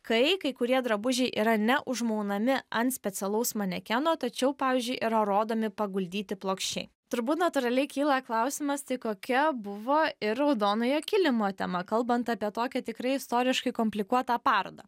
kai kai kurie drabužiai yra ne užmaunami ant specialaus manekeno tačiau pavyzdžiui yra rodomi paguldyti plokščiai turbūt natūraliai kyla klausimas tai kokia buvo ir raudonojo kilimo tema kalbant apie tokią tikrai istoriškai komplikuotą parodą